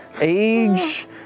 age